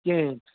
کِہیٖنٛۍ